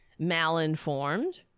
malinformed